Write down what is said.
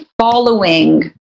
following